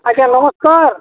ଆଜ୍ଞା ନମସ୍କାର